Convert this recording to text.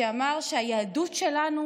שאמר שהיהדות שלנו